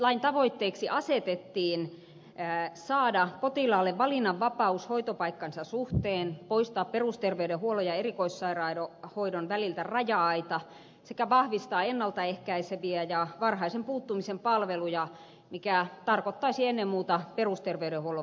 lain tavoitteeksi asetettiin saada potilaalle valinnanvapaus hoitopaikkansa suhteen poistaa perusterveydenhuollon ja erikoissairaanhoidon väliltä raja aita sekä vahvistaa ennalta ehkäiseviä ja varhaisen puuttumisen palveluja mikä tarkoittaisi ennen muuta perusterveydenhuollon vahvistamista